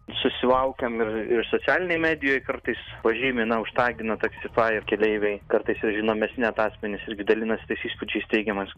susilaukiam ir ir socialinėj medijoj kartais pažymi na užtagina taksifajo keleiviai kartais ir žinomesni net asmenys irgi dalinasi tais įspūdžiais teigiamais